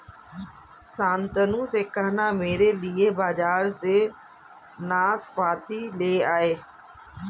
शांतनु से कहना मेरे लिए बाजार से नाशपाती ले आए